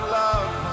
love